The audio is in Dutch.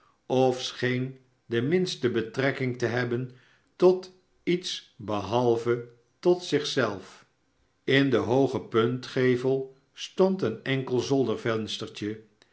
of scheen de minste betrekking te hebben tot iets behalve tot zich zelf in den hoogen puntgevel stond een enkel